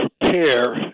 prepare